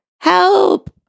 Help